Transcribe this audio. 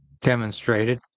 demonstrated